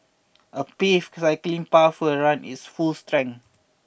a paved cycling path will run its full strength